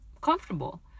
comfortable